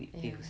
ya